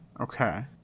Okay